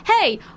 hey